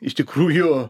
iš tikrųjų